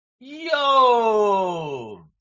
Yo